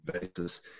basis